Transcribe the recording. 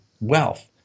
wealth